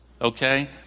Okay